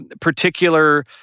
particular